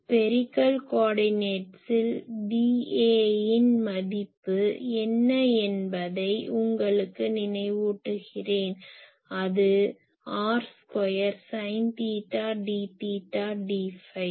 spherical கோர்டினேட்ஸில் dA இன் மதிப்பு என்ன என்பதை உங்களுக்கு நினைவூட்டுகிறேன் அது r2 sine theta d theta d five